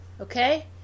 Okay